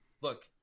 look